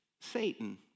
Satan